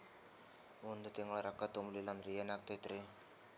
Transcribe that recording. ಒಂದ ತಿಂಗಳ ರೊಕ್ಕ ತುಂಬಿಲ್ಲ ಅಂದ್ರ ಎನಾಗತೈತ್ರಿ?